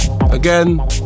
again